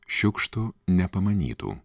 šiukštu nepamanytų